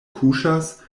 kuŝas